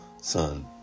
son